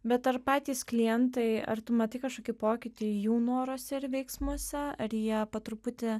bet ar patys klientai ar tu matai kažkokį pokytį jų noruose ir veiksmuose ar jie po truputį